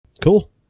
cool